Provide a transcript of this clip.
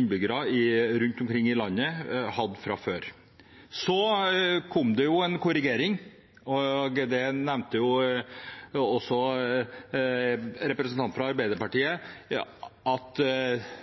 innbyggere rundt omkring i landet hadde fra før. Så kom det en korrigering – det nevnte også representanten fra Arbeiderpartiet – der Telenor sa klart ifra om at